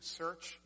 search